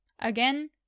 Again